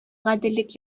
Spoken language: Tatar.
гаделлек